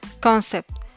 concept